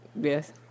Yes